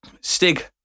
Stig